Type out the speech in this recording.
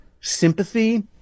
sympathy